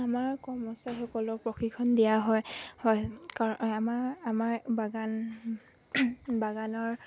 আমাৰ কৰ্মচাৰীসকলৰ প্ৰশিক্ষণ দিয়া হয় আমাৰ বাগানৰ